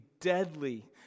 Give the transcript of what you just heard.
deadly